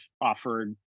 offered